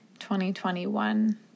2021